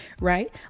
right